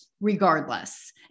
regardless